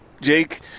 Jake